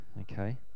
Okay